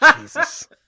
Jesus